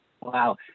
Wow